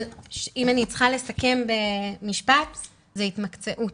אבל אם אני צריכה לסכם במשפט זה התמקצעות